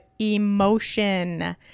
emotion